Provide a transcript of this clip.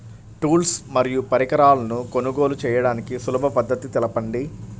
Tools మరియు పరికరాలను కొనుగోలు చేయడానికి సులభ పద్దతి తెలపండి?